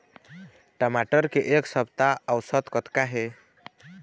टमाटर के एक सप्ता औसत कतका हे?